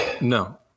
No